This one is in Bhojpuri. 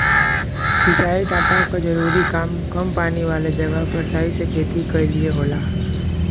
सिंचाई डाटा क जरूरी काम कम पानी वाले जगह पर सही से खेती क लिए होला